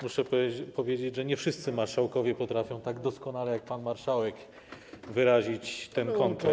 Muszę powiedzieć, że nie wszyscy marszałkowie potrafią tak doskonale jak pan marszałek wyrazić ten konkret.